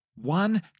One